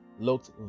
looked